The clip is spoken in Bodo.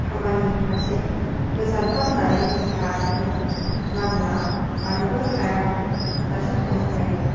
खामानि फारसे गोजानथार होननानै जों थानोबो नांला थानोबो हाया जासे थांनो हायो